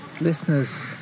listeners